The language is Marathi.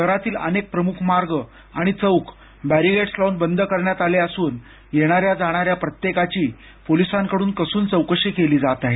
शहरातील अनेक प्रमुख मार्ग आणि चौक बॅरीगेट्स लावून बंद करण्यात आले असून येणाऱ्या जाणाऱ्या प्रत्येकाची पोलिसांकडून कसून चौकशी केली जात आहे